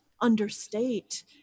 understate